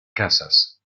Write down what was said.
casas